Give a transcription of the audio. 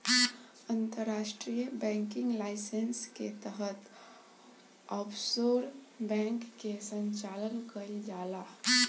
अंतर्राष्ट्रीय banking licence के तहत ऑफशोर बैंक के संचालन कईल जाला